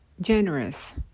generous